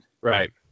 right